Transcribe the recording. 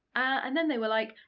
and then they were like,